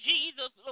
Jesus